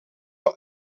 wij